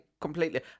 completely